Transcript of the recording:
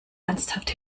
ernsthaft